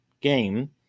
game